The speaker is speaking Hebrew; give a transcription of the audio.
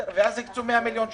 ואז הוחלט להקצות 100 מיליון שקל.